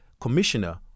commissioner